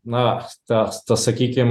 na tas tas sakykim